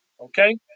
okay